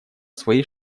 своей